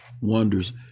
wonders